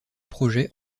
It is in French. projet